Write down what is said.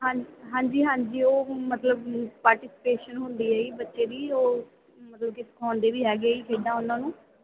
ਹਾਜ ਹਾਂਜੀ ਹਾਂਜੀ ਉਹ ਮਤਲਬ ਪਾਰਟੀਸੀਪੇਸ਼ਨ ਹੁੰਦੀ ਆ ਜੀ ਬੱਚੇ ਦੀ ਉਹ ਮਤਲਬ ਕਿ ਸਿਖਾਉਂਦੇ ਵੀ ਹੈਗੇ ਜੀ ਖੇਡਾਂ ਉਹਨਾਂ ਨੂੰ